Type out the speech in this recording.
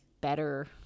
better